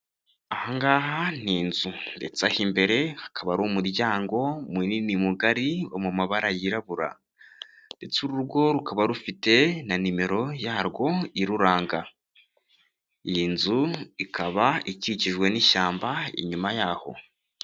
Aha ngaha ni inzu ndetse aha imbere ukaba ari umuryango munini mugari wo mu mabara yirabura ndetse uru rugo rukaba rufite na nimero yarwo iruranga, iyi nzu ikaba ikikijwe n'ishyamba inyuma yaho.